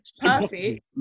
perfect